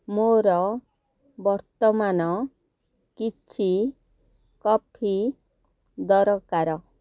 ମୋର ବର୍ତ୍ତମାନ କିଛି କଫି ଦରକାର